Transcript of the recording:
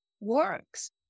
works